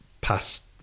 past